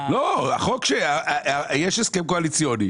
יש הסכם קואליציוני.